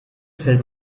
fällt